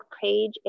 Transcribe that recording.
page